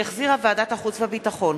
שהחזירה ועדת החוץ והביטחון,